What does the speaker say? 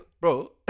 Bro